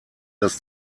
das